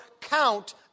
count